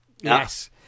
yes